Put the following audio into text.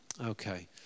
Okay